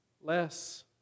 less